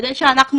כדי שאנחנו,